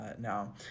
now